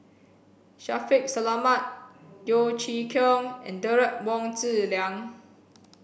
Shaffiq Selamat Yeo Chee Kiong and Derek Wong Zi Liang